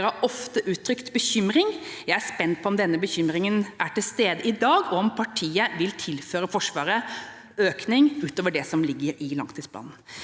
Høyre har ofte uttrykt bekymring. Jeg er spent på om denne bekymringen er til stede i dag, og om partiet vil tilføre Forsvaret økning ut over det som ligger i langtidsplanen.